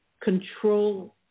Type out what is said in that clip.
Control